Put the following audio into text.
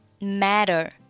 matter